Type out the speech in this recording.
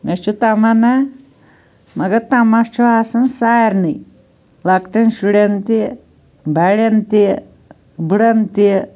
مےٚ چھُ تَمنا مگر تماہ چھُ آسان سارنٕے لۄکٹیٚن شُڑیٚن تہِ بَڑیٚن تہِ بٕڑَن تہِ